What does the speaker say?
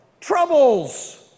troubles